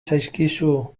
zaizkizu